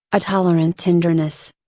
a tolerant tenderness.